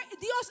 Dios